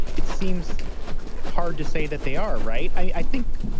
it seems hard to say that they are right. i think.